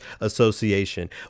Association